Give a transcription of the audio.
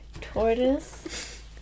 Tortoise